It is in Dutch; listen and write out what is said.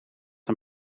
een